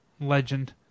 legend